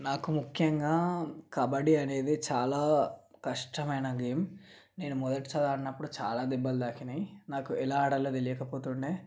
నాకు ముఖ్యంగా కబడ్డీ అనేది చాలా కష్టమైన గేమ్ నేను మొదటిసారి అడినప్పుడు చాలా దెబ్బలు తాకాయి నాకు ఎలా ఆడాలో తెలియకపోతుండే